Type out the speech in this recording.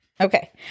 Okay